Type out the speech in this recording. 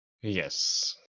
Yes